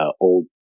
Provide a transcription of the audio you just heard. old